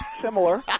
Similar